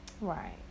right